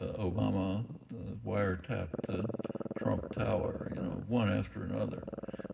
obama wiretapped the trump tower, you know, one after another.